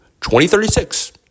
2036